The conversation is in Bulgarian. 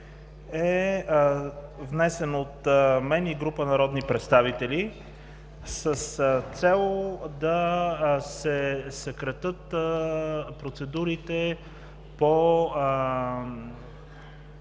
е внесен от мен и група народни представители с цел да се съкратят процедурите по